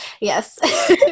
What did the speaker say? Yes